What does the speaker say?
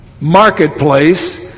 marketplace